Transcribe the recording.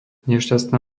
nešťastná